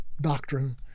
doctrine